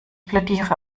plädiere